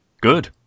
good